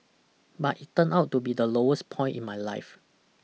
but it turned out to be the lowest point in my life